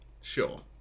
sure